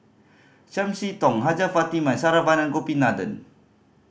Chiam See Tong Hajjah Fatimah and Saravanan Gopinathan